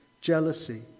jealousy